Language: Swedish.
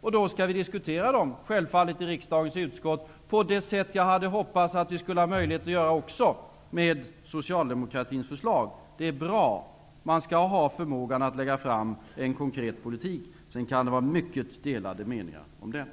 som vi självfallet skall diskutera i riksdagens utskott på det sätt som jag hade hoppats att vi skulle ha möjlighet att göra också med Socialdemokratins förslag. Det är bra. Man skall ha förmågan att lägga fram en konkret politik. Sedan kan det vara mycket delade meningar om den.